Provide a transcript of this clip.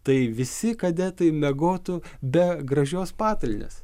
tai visi kadetai miegotų be gražios patalynės